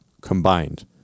combined